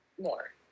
more